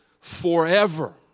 forever